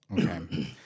okay